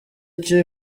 icyo